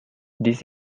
this